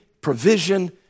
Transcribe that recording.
provision